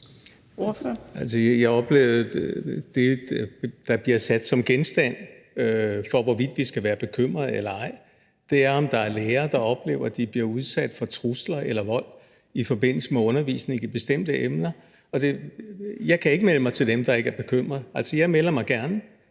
Jakob Sølvhøj (EL): Det, der er centralt for, hvorvidt vi skal være bekymrede eller ej, er, om der er lærere, der oplever, at de bliver udsat for trusler eller vold i forbindelse med undervisningen i bestemte emner. Jeg kan ikke melde mig i koret af dem, der ikke er bekymrede. Altså, jeg melder mig gerne